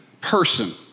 person